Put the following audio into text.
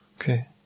Okay